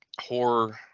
horror